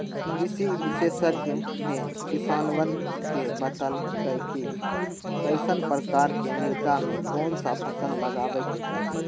कृषि विशेषज्ञ ने किसानवन के बतल कई कि कईसन प्रकार के मृदा में कौन सा फसल लगावे के चाहि